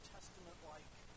Testament-like